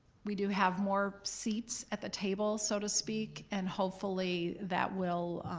we do have more seats at the table so to speak, and hopefully that will,